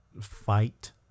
fight